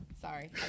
sorry